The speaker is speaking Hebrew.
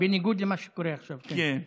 בניגוד למה שקורה עכשיו, כן.